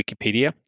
Wikipedia